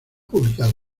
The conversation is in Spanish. publicado